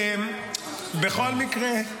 בכל מקרה,